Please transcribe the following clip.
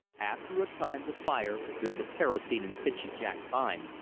after a time the fire, built of kerosene and pitchy jack pine,